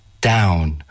down